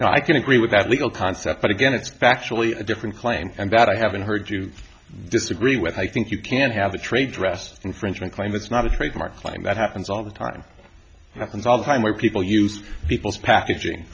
and i can agree with that legal concept but again it's factually a different claim and that i haven't heard you disagree with i think you can have a trade dress infringement claim that's not a trademark claim that happens all the time it happens all the time where people use people's packaging